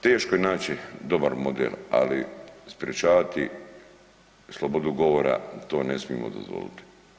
Teško je naći dobar model, ali sprječavati slobodu govora to ne smijemo dozvoliti.